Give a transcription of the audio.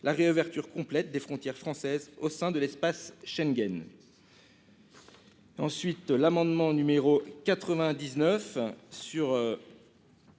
la réouverture complète des frontières françaises au sein de l'espace Schengen. L'amendement n° 99,